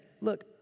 look